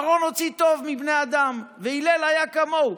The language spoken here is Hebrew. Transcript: אהרן הוציא טוב מבני אדם, והלל היה כמוהו.